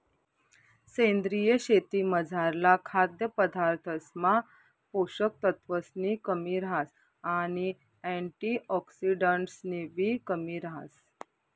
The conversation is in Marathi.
सेंद्रीय शेतीमझारला खाद्यपदार्थसमा पोषक तत्वसनी कमी रहास आणि अँटिऑक्सिडंट्सनीबी कमी रहास